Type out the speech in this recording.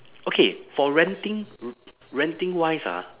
okay for renting renting wise ah